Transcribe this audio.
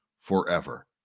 forever